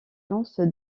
lance